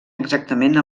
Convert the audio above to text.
exactament